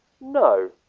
No